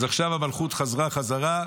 אז עכשיו המלכות חזרה בחזרה,